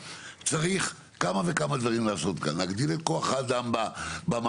צריך כמה וכמה דברים לעשות כאן להגדיל את כוח האדם במעברים.